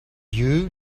you